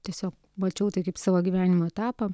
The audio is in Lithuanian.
tiesiog mačiau tai kaip savo gyvenimo etapą